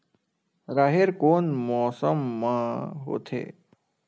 राहेर कोन मौसम मा होथे?